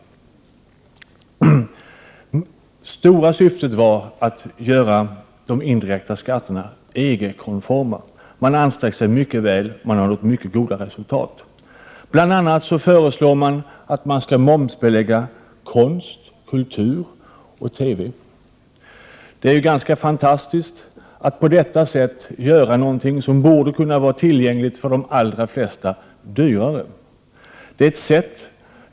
Det väsentliga syftet var att göra de indirekta skatterna EG-konforma. Man har ansträngt sig mycket och nått mycket goda resultat. Bl.a. föreslår man att konst, kultur och TV skall momsbeläggas. Det är ganska fantastiskt att på detta sätt göra någonting, som borde kunna vara tillgängligt för de allra flesta, dyrare.